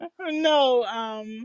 No